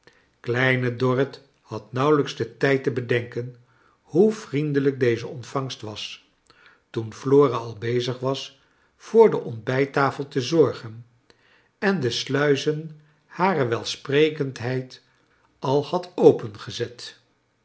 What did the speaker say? kleine dorrit had nauwelijks den tijd te bedenken hoe vriendelijk deze ontvangst was toen flora al bezig was voor de ontbijttafel te zorgen en de sluizen barer welsprekendheid al had opengezet